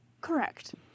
Correct